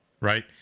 right